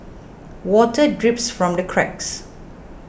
water drips from the cracks